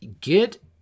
get